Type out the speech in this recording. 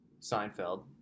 Seinfeld